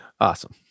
Awesome